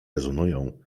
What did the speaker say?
rezonują